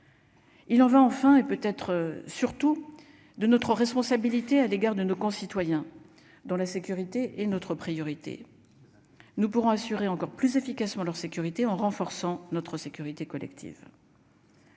Il en va enfin et peut-être surtout de notre responsabilité à l'égard de nos concitoyens dans la sécurité est notre priorité, nous pourrons assurer encore plus efficacement leur sécurité, en renforçant notre sécurité collective.